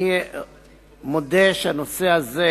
אני מודה שהנושא הזה